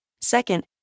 Second